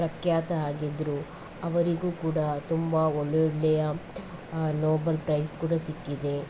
ಪ್ರಖ್ಯಾತ ಆಗಿದ್ದರು ಅವರಿಗೂ ಕೂಡ ತುಂಬ ಒಳ್ಳೊಳ್ಳೆಯ ನೊಬೆಲ್ ಪ್ರೈಸ್ ಕೂಡ ಸಿಕ್ಕಿದೆ